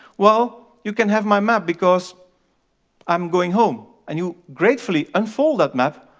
well you can have my map because i'm going home. and you gratefully unfold that map,